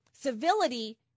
Civility